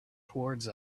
towards